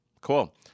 Cool